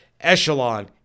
echelon